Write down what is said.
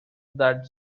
that